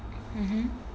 mmhmm